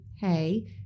Hey